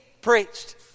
preached